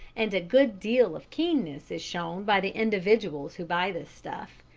and a good deal of keenness is shown by the individuals who buy this stuff.